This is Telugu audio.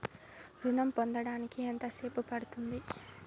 ఋణం పొందడానికి ఎంత సేపు పడ్తుంది?